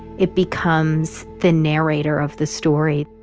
it becomes the narrator of the story